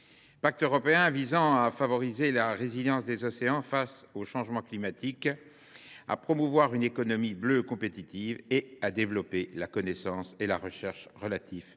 pour les océans, visant à favoriser la résilience des océans face au changement climatique, à promouvoir une économie bleue compétitive et à développer la connaissance et la recherche relatives